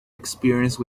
experience